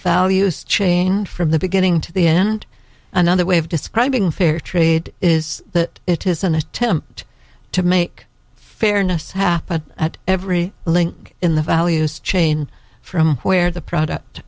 values change from the beginning to the end another way of describing fair trade is that it is an attempt to make fairness happen at every link in the values chain from where the product